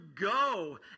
go